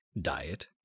Diet